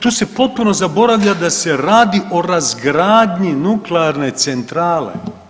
Tu se potpuno zaboravlja da se radi o razgradnji nuklearne centrale.